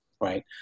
Right